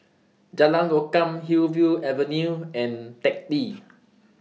Jalan Lokam Hillview Avenue and Teck Lee